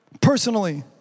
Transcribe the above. personally